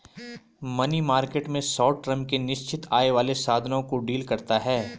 money market में short term के निश्चित आय वाले साधनों को डील करता है